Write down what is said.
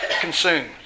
consumed